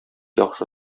яхшы